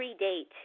predate